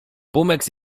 pumeks